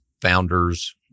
founders